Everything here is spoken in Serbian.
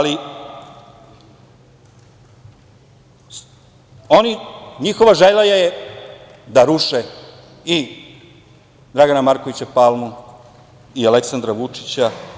Njihova želja je da ruše i Dragana Markovića Palmu i Aleksandra Vučića.